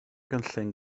gynllun